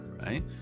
right